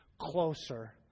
closer